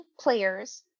players